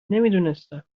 نمیدونستم